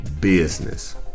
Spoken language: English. business